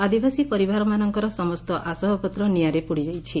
ଆଦିବାସୀ ପରିବାରମାନଙ୍କର ସମସ୍ତ ଆସବାବପତ୍ର ନିଆଁରେ ପୋଡ଼ିଯାଇଛି